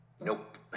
Nope